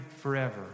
forever